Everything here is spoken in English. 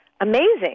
amazing